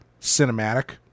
cinematic